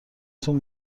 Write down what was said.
تون